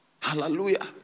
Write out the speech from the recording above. Hallelujah